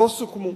לא סוכמו.